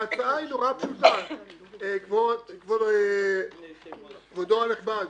ההצעה פשוטה מאוד, כבוד היושב-ראש הנכבד,